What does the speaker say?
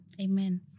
Amen